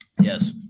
Yes